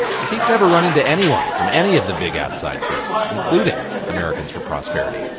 says he has never run into anyone from any of the big outside groups, including americans for prosperity.